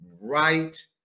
right